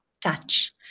touch